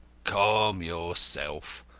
calm yourself,